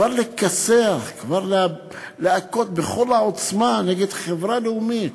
כבר לכסח, כבר להכות בכל העוצמה נגד חברה לאומית?